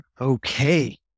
okay